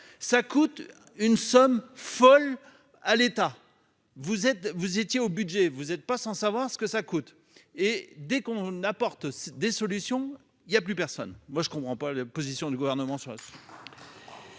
ça coûte une somme folle à l'État, vous êtes, vous étiez au budget, vous êtes pas sans savoir ce que ça coûte, et dès qu'on apporte des solutions, il y a plus personne, moi je ne comprends pas la position du gouvernement sur. Je vais